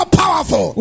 powerful